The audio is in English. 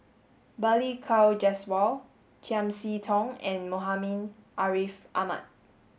Balli Kaur Jaswal Chiam See Tong and Muhammad Ariff Ahmad